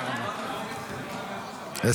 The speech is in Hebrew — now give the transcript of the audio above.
תודה רבה.